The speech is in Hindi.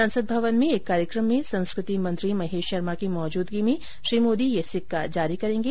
संसद भवन में एक कार्यक्रम में संस्कृति मंत्री महेश शर्मा की मौजूदगी में श्री मोदी यह सिक्का जारी करेंगे